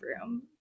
Room